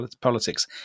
politics